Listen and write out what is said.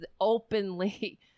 openly